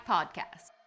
podcast